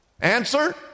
Answer